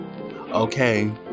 Okay